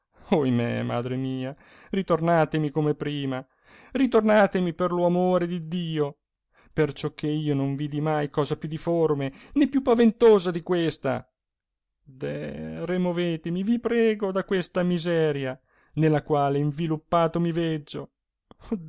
vecchia ohimè madre mia ritornatemi come era prima ritornatemi per lo amore d iddio perciò che io non vidi mai cosa più diforme né più paventosa di questa deh removetemi vi prego da questa miseria nella quale inviluppato mi veggio